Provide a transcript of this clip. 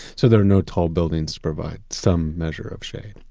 so there are no tall buildings to provide some measure of shade?